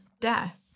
death